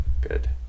Good